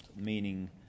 meaning